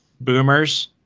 boomers